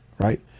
right